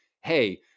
hey